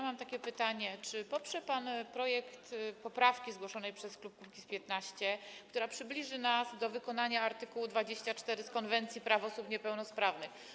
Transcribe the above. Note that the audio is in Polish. Mam takie pytanie: Czy poprze pan projekt poprawki zgłoszonej przez klub Kukiz’15, która przybliży nas do wykonania art. 24 Konwencji o prawach osób niepełnosprawnych?